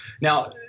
Now